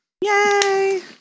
Yay